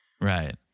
Right